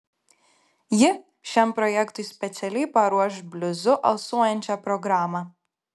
ji šiam projektui specialiai paruoš bliuzu alsuojančią programą